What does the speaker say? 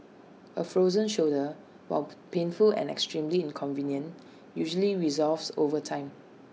A frozen shoulder while painful and extremely inconvenient usually resolves over time